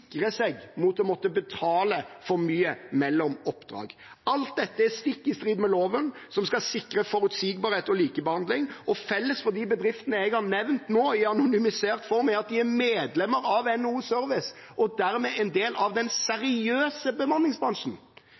seg mot å måtte betale for mye mellom oppdrag. Alt dette er stikk i strid med loven, som skal sikre forutsigbarhet og likebehandling. Felles for de bedriftene jeg har nevnt nå, i anonymisert form, er at de er medlemmer av NHO Service og Handel, og dermed er en del av den seriøse bemanningsbransjen.